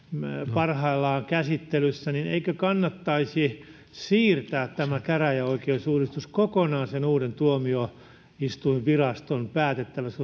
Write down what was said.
parhaillaan käsittelyssä niin eikö kannattaisi siirtää tämä käräjäoikeusuudistus kokonaan sen uuden tuomioistuinviraston päätettäväksi